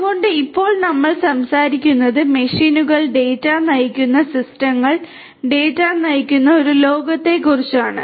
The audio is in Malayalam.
അതിനാൽ ഇപ്പോൾ നമ്മൾ സംസാരിക്കുന്നത് മെഷീനുകൾ ഡാറ്റ നയിക്കുന്ന സിസ്റ്റങ്ങൾ ഡാറ്റ നയിക്കുന്ന ഒരു ലോകത്തെക്കുറിച്ചാണ്